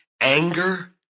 anger